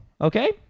Okay